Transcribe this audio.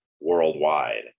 worldwide